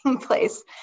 place